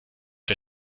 der